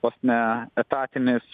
vos ne etatinis